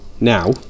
now